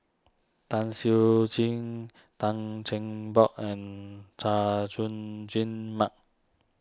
Tan Siew Sin Tan Cheng Bock and Chay Jung Jun Mark